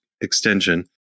extension